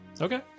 Okay